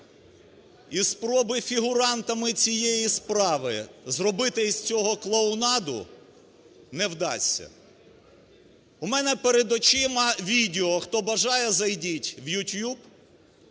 і спроби фігурантами цієї справи зробити із цього клоунаду не вдасться. У мене перед очима відео, хто бажає, зайдіть в YouTube.